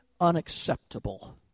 unacceptable